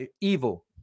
evil